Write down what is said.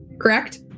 Correct